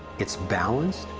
it's balanced,